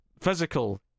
Physical